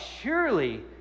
surely